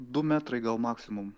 du metrai gal maksimum